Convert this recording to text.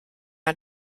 are